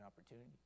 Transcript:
opportunity